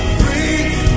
breathe